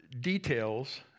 details